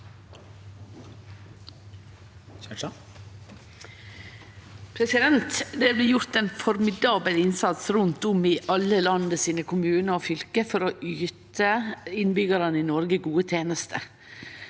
Det blir gjort ein formidabel innsats rundt om i alle landets kommunar og fylke for å yte innbyggjarane i Noreg gode tenester.